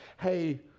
hey